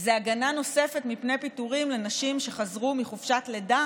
הוא הגנה נוספת מפני פיטורים לנשים שחזרו מחופשת לידה